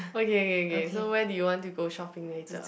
okay okay okay so where do you want to go shopping later